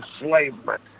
enslavement